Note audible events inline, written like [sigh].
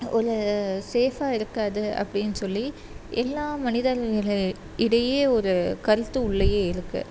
ஒரு ஷேஃபாக இருக்காது அப்படின்னு சொல்லி எல்லா மனிதர்கள் [unintelligible] இடையே ஒரு கருத்து உள்ளேயே இருக்குது